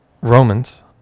Romans